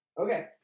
Okay